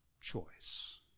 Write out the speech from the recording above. choice